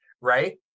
right